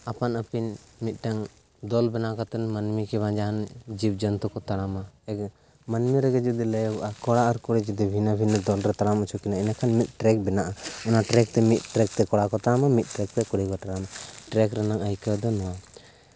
ᱟᱯᱟᱱᱼᱟᱹᱯᱤᱱ ᱢᱤᱫᱴᱟᱝ ᱫᱚᱞ ᱵᱮᱱᱟᱣ ᱠᱟᱛᱮ ᱢᱟᱹᱱᱢᱤ ᱠᱤᱝᱵᱟ ᱡᱟᱦᱟᱸᱱ ᱡᱤᱵᱽ ᱡᱚᱱᱛᱩ ᱠᱚ ᱛᱟᱲᱟᱢᱟ ᱢᱟᱹᱱᱢᱤ ᱨᱮᱜᱮ ᱡᱩᱫᱤ ᱞᱟᱹᱭᱚᱜᱚᱜᱼᱟ ᱠᱚᱲᱟ ᱟᱨ ᱠᱩᱲᱤ ᱡᱩᱫᱤ ᱵᱷᱤᱱᱟᱹ ᱵᱷᱤᱱᱟᱹ ᱫᱚᱞ ᱨᱮ ᱛᱟᱲᱟᱢ ᱦᱚᱪᱚ ᱠᱤᱱᱟᱹ ᱮᱱᱠᱷᱟᱱ ᱢᱤᱫ ᱴᱨᱮᱜᱽ ᱵᱮᱱᱟᱜᱼᱟ ᱚᱱᱟ ᱪᱨᱮᱜᱽ ᱛᱮ ᱢᱤᱫ ᱴᱨᱮᱜᱽ ᱛᱮ ᱠᱚᱲᱟ ᱠᱚ ᱛᱟᱲᱟᱢᱟ ᱢᱤᱫ ᱴᱨᱮᱜᱽ ᱛᱮ ᱠᱩᱲᱤ ᱠᱚ ᱛᱟᱲᱟᱢᱟ ᱴᱨᱮᱜᱽ ᱨᱮᱱᱟᱜ ᱟᱹᱭᱠᱟᱹᱣ ᱫᱚ ᱱᱚᱣᱟ